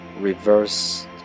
reverse